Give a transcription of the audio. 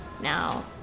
now